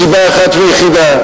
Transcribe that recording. מסיבה אחת ויחידה,